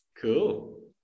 Cool